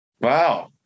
wow